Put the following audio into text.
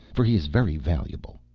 for he is very valuable.